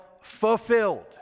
fulfilled